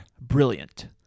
Brilliant